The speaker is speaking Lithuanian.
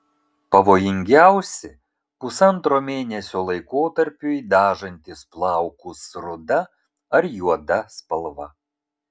pavojingiausi pusantro mėnesio laikotarpiui dažantys plaukus ruda ar juoda spalva